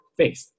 faith